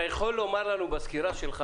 אתה יכול בסקירה שלך